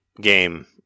game